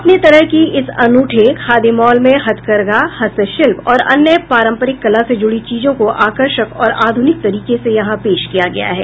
अपने तरह की इस अनूठे खादी मॉल में हथकरघा हस्तशिल्प और अन्य पारंपरिक कला से जुडी चीजों को आकर्षक और आधुनिक तरीके से यहां पेश किया गया है